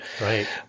Right